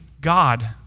God